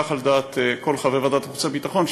כך על דעת כל חברי ועדת החוץ והביטחון,